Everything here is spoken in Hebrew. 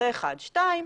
זה 1. 2,